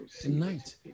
Tonight